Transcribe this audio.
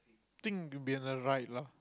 think would be in the right ya